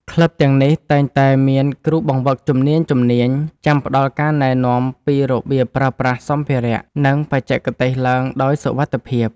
ក្លឹបទាំងនេះតែងតែមានគ្រូបង្វឹកជំនាញៗចាំផ្ដល់ការណែនាំពីរបៀបប្រើប្រាស់សម្ភារៈ និងបច្ចេកទេសឡើងដោយសុវត្ថិភាព។